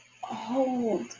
Hold